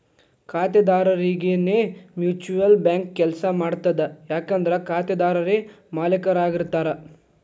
ಖಾತೆದಾರರರಿಗೆನೇ mutual bank ಕೆಲ್ಸ ಮಾಡ್ತದ ಯಾಕಂದ್ರ ಖಾತೆದಾರರೇ ಮಾಲೇಕರಾಗಿರ್ತಾರ